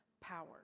power